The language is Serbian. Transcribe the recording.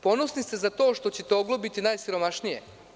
Ponosni ste na to što ćete oglobiti najsiromašnije?